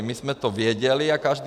My jsme to věděli a každý...